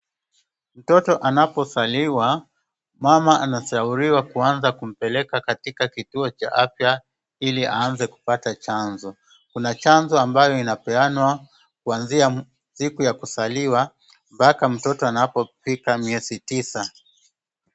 Mtoto anapozaliwa, mama anastahili kuanza kumpeleka katika kituo cha afya ili aanze kupata chanjo. Kuna chanjo ambayo inapeanwa kutoka mtoto anapozaliwa mpaka anapofika miezi tisa.